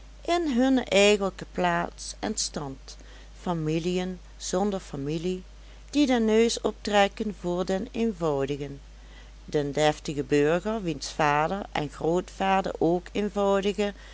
in hunne eigenlijke plaats en stand familiën zonder familie die den neus optrekken voor den eenvoudigen den deftigen burger wiens vader en grootvader ook eenvoudige